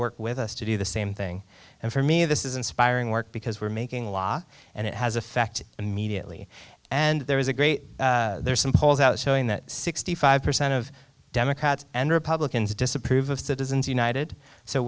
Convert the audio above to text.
work with us to do the same thing and for me this is inspiring work because we're making a law and it has effect immediately and there is a great there are some polls out showing that sixty five percent of democrats and republicans disapprove of citizens united so